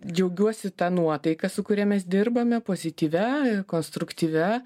džiaugiuosi ta nuotaika su kuria mes dirbame pozityvia konstruktyvia